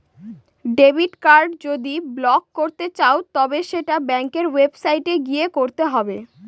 debit card যদি block করতে চাও তবে সেটা ব্যাঙ্কের ওয়েবসাইটে গিয়ে করতে হবে